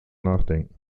nachdenken